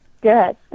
Good